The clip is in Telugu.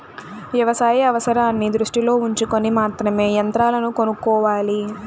వ్యవసాయ అవసరాన్ని దృష్టిలో ఉంచుకొని మాత్రమే యంత్రాలను కొనుక్కోవాలి